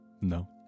No